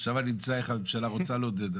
עכשיו אני נמצא בדיון שהממשלה רוצה לעודד.